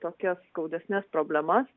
tokias skaudesnes problemas